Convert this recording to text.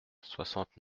soixante